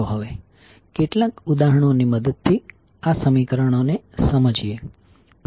ચાલો હવે કેટલાક ઉદાહરણો ની મદદથી આ સમીકરણો સમજીએ